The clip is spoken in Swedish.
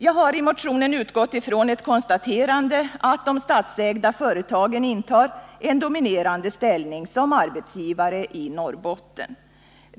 Jag har i motionen utgått från konstaterandet att de statsägda företagen intar en dominerande ställning som arbetsgivare i Norrbotten.